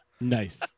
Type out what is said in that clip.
nice